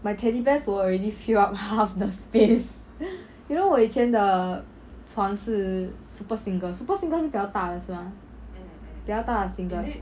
my teddy bears will already fill up half the space you know 我以前的床是 super single super single 是比较大的是吗比较大的 single